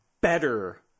better